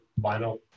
vinyl